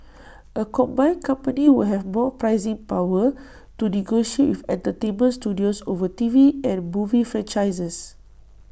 A combined company would have more pricing power to negotiate with entertainment studios over T V and movie franchises